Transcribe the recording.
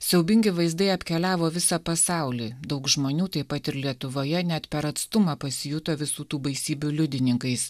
siaubingi vaizdai apkeliavo visą pasaulį daug žmonių taip pat ir lietuvoje net per atstumą pasijuto visų tų baisybių liudininkais